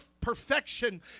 perfection